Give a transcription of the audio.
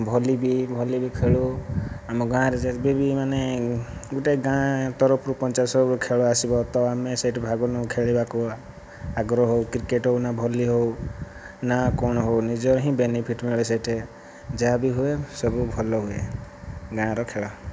ଭଲି ବି ଭଲି ବି ଖେଳୁ ଆମ ଗାଁରେ ଯେବେ ବି ମାନେ ଗୋଟିଏ ଗାଁ ତରଫରୁ ପଞ୍ଚାୟତ ତରଫରୁ ଖେଳ ଆସିବ ତ ଆମେ ସେଠୁ ଭାଗ ନେଉ ଖେଳିବାକୁ ଆଗ୍ରହ ହେଉ କ୍ରିକେଟ ହେଉ ନା ଭଲି ହେଉ ନା କଣ ହେଉ ନିଜର ହିଁ ବେନିଫିଟ ମିଳେ ସେଇଠେ ଯାହାବି ହୁଏ ସବୁ ଭଲ ହୁଏ ଗାଁର ଖେଳ